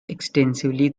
extensively